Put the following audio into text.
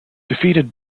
defeated